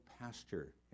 pasture